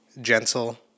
gentle